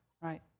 right